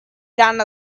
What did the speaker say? down